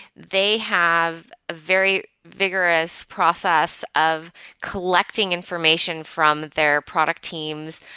they have a very vigorous process of collecting information from their product teams,